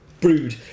brewed